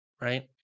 Right